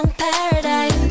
paradise